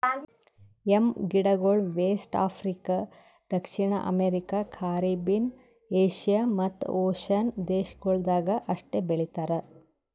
M ಗಿಡಗೊಳ್ West Africa, ದಕ್ಷಿಣ America, Caribbean, Asia ಮತ್ತ್ ಓಷನ್ನ ದೇಶಗೊಳ್ದಾಗ್ ಅಷ್ಟೆ ಬೆಳಿತಾರ್